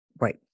Right